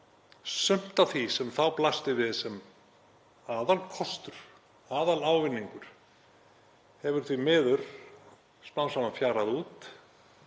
sumt af því sem þá blasti við sem aðalkostur, aðalávinningur, hefur því miður smám saman fjarað út